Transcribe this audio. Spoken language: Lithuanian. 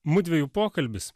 mudviejų pokalbis